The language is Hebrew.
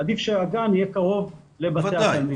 עדיף שהגן יהיה קרוב לבתי התלמידים.